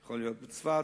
יכול להיות בצפת,